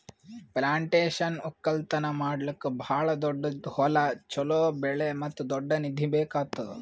plantation ಒಕ್ಕಲ್ತನ ಮಾಡ್ಲುಕ್ ಭಾಳ ದೊಡ್ಡುದ್ ಹೊಲ, ಚೋಲೋ ಬೆಳೆ ಮತ್ತ ದೊಡ್ಡ ನಿಧಿ ಬೇಕ್ ಆತ್ತುದ್